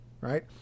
right